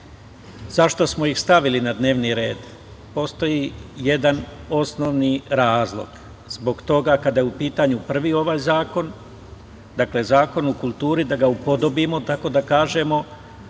smo ih stavili na dnevni red? Postoji jedan osnovni razlog. Zbog toga kada je u pitanju prvi ovaj zakon, dakle Zakon o kulturi, da ga upodobimo, tako da kažemo,